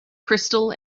crystal